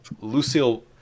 Lucille